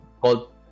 called